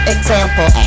Example